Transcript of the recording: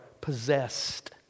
possessed